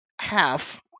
half